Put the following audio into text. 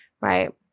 right